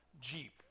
jeep